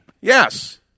yes